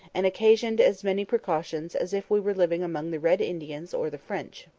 and occasioned as many precautions as if we were living among the red indians or the french.